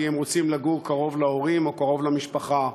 כי הם רוצים לגור קרוב להורים או קרוב למשפחה?